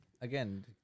again